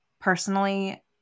personally